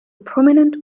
prominent